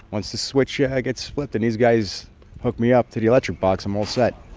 once the switch yeah gets flipped and these guys hook me up to the electric box, i'm all set